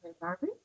barbie